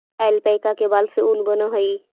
alpaca के बाल से ऊन बनऽ हई